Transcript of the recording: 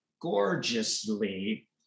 gorgeously